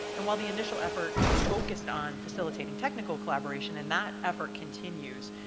and while the initial effort focused on facilitating technical collaboration, and that effort continues,